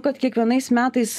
kad kiekvienais metais